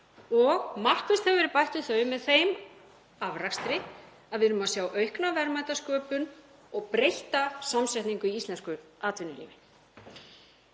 og markvisst hefur verið bætt við þau með þeim afrakstri að við erum að sjá aukna verðmætasköpun og breytta samsetningu í íslensku atvinnulífi.